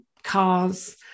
cars